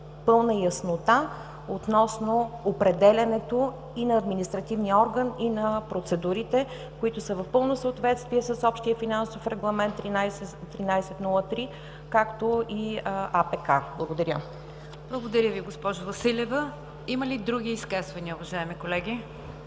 пълна яснота относно определянето и на административния орган, и на процедурите, които са в пълно съответствие с общия финансов Регламент 13/03, както и АПК. Благодаря. ПРЕДСЕДАТЕЛ НИГЯР ДЖАФЕР: Благодаря Ви, госпожо Василева. Има ли други изказвания, уважаеми колеги?